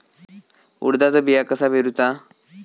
उडदाचा बिया कसा पेरूचा?